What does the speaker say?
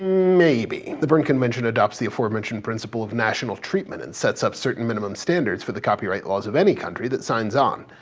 maybe. the berne convention adopts the aforementioned principle of national treatment and sets up certain minimum standards for the copyright laws of any country that signs on.